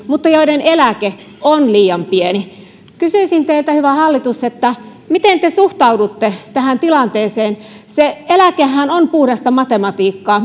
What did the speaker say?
mutta joiden eläke on liian pieni kysyisin teiltä hyvä hallitus miten te suhtaudutte tähän tilanteeseen se eläkehän on puhdasta matematiikkaa